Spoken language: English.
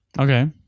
Okay